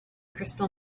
crystal